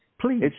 please